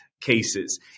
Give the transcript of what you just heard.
cases